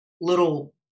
little